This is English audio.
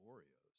Oreos